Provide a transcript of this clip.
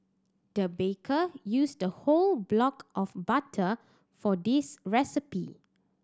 the baker used whole block of butter for this recipe